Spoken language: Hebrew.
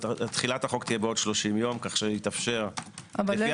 שתחילת החוק תהיה בעוד 30 יום כך שיתאפשר לפי